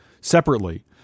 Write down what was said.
Separately